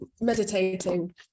meditating